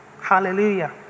Hallelujah